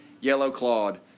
yellow-clawed